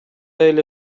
эле